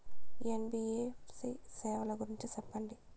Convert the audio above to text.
NBFC సేవల గురించి సెప్పండి?